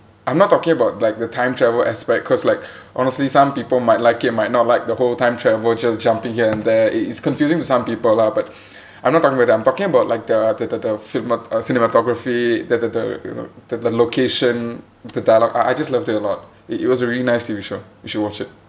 I'm not talking about like the time travel aspect cause like honestly some people might like it might not like the whole time travel just jumping here and there it is confusing to some people lah but I'm not talking about that I'm talking about like the the the film uh cinematography the the the you know the the location the dialogue I I just loved it a lot it it was a really nice T_V show you should watch it